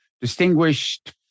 distinguished